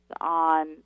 on